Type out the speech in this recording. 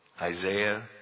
Isaiah